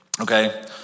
okay